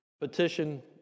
Petition